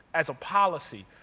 as a policy,